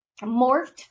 morphed